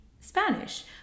Spanish